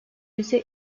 ise